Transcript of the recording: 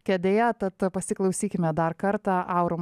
kėdėje tad pasiklausykime dar kartą